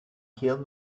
kill